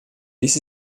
dies